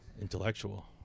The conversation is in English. Intellectual